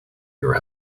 your